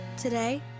Today